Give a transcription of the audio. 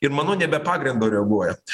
ir manau ne be pagrindo reaguoja